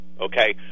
Okay